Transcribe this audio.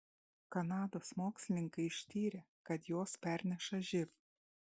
kanados mokslininkai ištyrė kad jos perneša živ